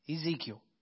ezekiel